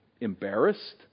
embarrassed